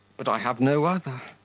but i have no other.